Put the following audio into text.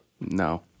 no